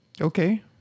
Okay